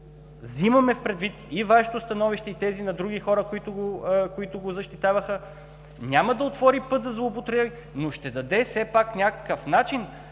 Вземаме предвид и Вашето становище, и тези на други хора, които го защитаваха. Няма да отвори път за злоупотреби, но, ако работодателят не